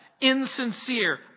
insincere